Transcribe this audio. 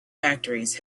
factories